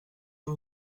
pas